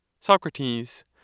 Socrates